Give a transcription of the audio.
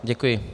Děkuji.